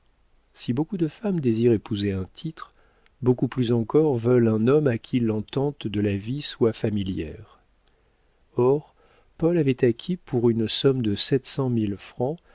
si beaucoup de femmes désirent épouser un titre beaucoup plus encore veulent un homme à qui l'entente de la vie soit familière or paul avait acquis pour une somme de